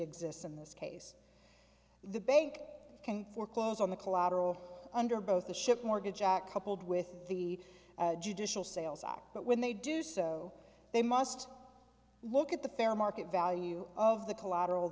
exists in this case the bank can foreclose on the collateral under both the ship mortgage act coupled with the judicial sales act but when they do so they must look at the fair market value of the collateral